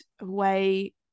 away